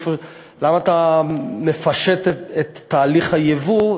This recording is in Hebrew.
למה אתה מפשט את תהליך הייבוא?